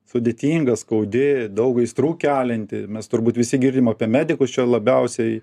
sudėtinga skaudi daug aistrų kelianti mes turbūt visi girdim apie medikus čia labiausiai